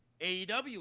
AEW